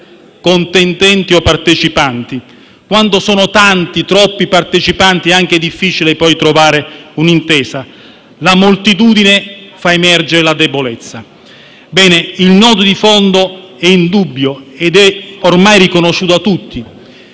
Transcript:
contendenti o partecipanti. Quando i partecipanti sono troppi, è anche difficile poi trovare un'intesa: la moltitudine fa emergere la debolezza. Il nodo di fondo è indubbio ed è ormai riconosciuto da tutti